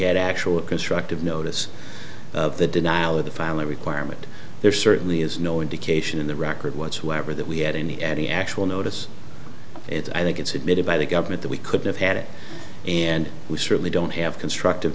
had actual constructive notice of the denial of the family requirement there certainly is no indication in the record whatsoever that we had any any actual notice it i think it's admitted by the government that we could have had it and we certainly don't have constructive